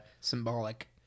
symbolic